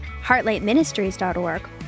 heartlightministries.org